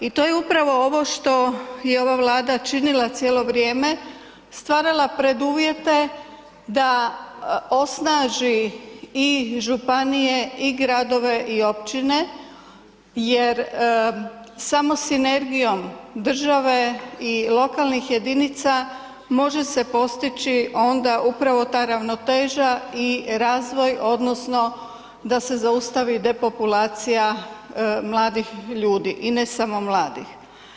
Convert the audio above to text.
I to je upravo ovo što je ova Vlada činila cijelo vrijeme, stvarala preduvjete da osnaži i županije i gradove i općine jer samo sinergijom države i lokalnih jedinica može se postići onda upravo ta ravnoteža i razvoj odnosno da se zaustavi depopulacija mladih ljudi i ne samo mladih.